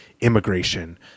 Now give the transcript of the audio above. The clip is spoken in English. immigration